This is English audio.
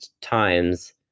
times